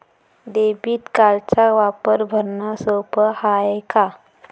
Debit कार्डचा वापर भरनं सोप हाय का?